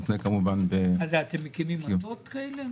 אתם מקימים מטות כאלה?